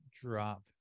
drop